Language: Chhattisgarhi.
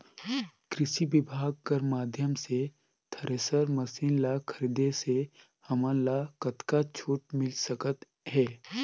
कृषि विभाग कर माध्यम से थरेसर मशीन ला खरीदे से हमन ला कतका छूट मिल सकत हे?